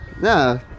No